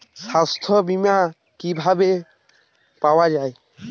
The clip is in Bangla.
সাস্থ্য বিমা কি ভাবে পাওয়া যায়?